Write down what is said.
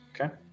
Okay